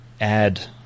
add